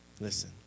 Listen